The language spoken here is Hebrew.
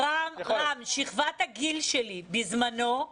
שכבת הגיל שלי בזמנו,